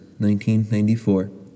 1994